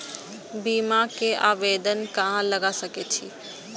बीमा के आवेदन कहाँ लगा सके छी?